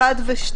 הסתייגות 1 ו-1,